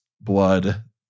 blood